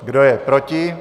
Kdo je proti?